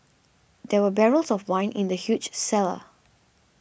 there were barrels of wine in the huge cellar